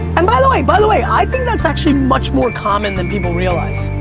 and by the way, by the way i think that's actually much more common than people realize.